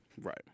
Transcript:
Right